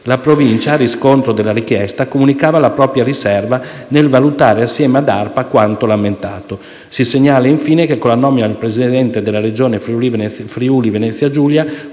La Provincia, a riscontro della richiesta, comunicava la propria riserva nel valutare assieme ad ARPA quanto lamentato. Si segnala, infine, che con la nomina del Presidente della Regione Friuli-Venezia Giulia